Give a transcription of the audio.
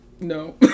No